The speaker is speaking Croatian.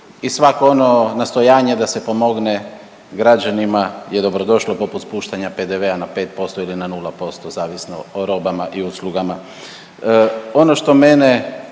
i svako ono nastojanje da se pomogne građanima je dobrodošlo poput spuštanja PDV-a na 5% ili na 0% zavisno o robama i uslugama.